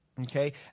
Okay